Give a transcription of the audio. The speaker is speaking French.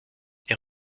est